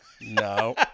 No